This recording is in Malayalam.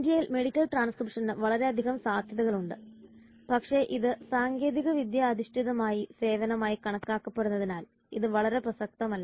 ഇന്ത്യയിൽ മെഡിക്കൽ ട്രാൻസ്ക്രിപ്ഷന് വളരെയധികം സാധ്യതകളുണ്ട് പക്ഷേ ഇത് സാങ്കേതികവിദ്യ അധിഷ്ഠിത സേവനമായി കാണപ്പെടുന്നതിനാൽ ഇത് വളരെ പ്രസിദ്ധമല്ല